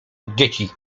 dzieci